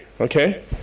okay